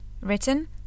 Written